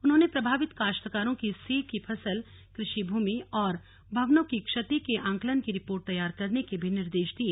उन्होंने प्रभावित काश्तकारों की सेब की फसल कृषि भूमि और भवनों की क्षति के आंकलन की रिर्पोट तैयार करने के निर्देश भी दिए